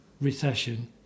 recession